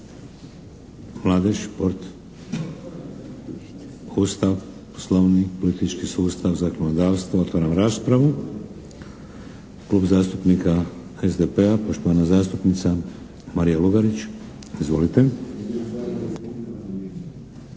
mladež i šport? Ustav, Poslovnik, politički sustav? Zakonodavstvo? Otvaram raspravu. Klub zastupnika SDP-a, poštovana zastupnica Marija Lugarić. Izvolite.